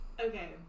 Okay